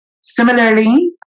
Similarly